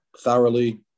thoroughly